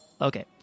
Okay